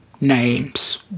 names